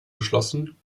geschlossen